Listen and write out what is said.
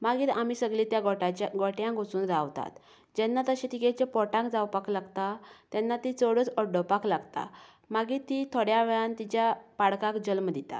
मागीर आमी सगली त्या गोठ्याच्या गोठ्यांक वचून रावतात जेन्ना तशे तिगे पोटांक जावपाक लागता तेन्ना ती चडच ओड्डपाक लागता मागीर ती थोड्या वेळान तिच्या पाडकाक जल्म दिता